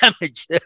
damage